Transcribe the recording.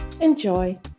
Enjoy